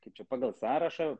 kaip čia pagal sąrašą